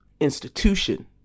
institution